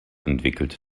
entwickelte